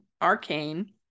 arcane